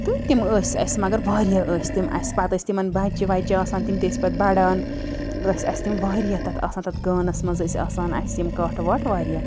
تہٕ تِم ٲسۍ اسہِ مگر واریاہ ٲسۍ تِم اسہِ پَتہٕ ٲسۍ تمَن بَچہِ وچہِ آسان تِم تہِ ٲسۍ پَتہٕ بَڑھان ٲسۍ اسہِ تِم واریاہ تَتھ آسان تَتھ گانَس منٛز ٲسۍ آسان اسہِ یِم کٹھ وَٹھ واریاہ